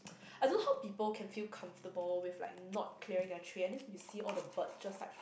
I don't know how people can feel comfortable with like not clearing their tray and then you see all the bird just like